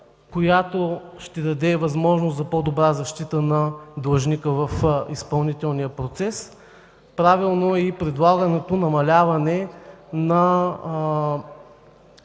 която ще даде възможност за по-добра защита на длъжника в изпълнителния процес. Правилно е и предлаганото намаляване от